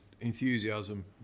enthusiasm